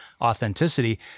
authenticity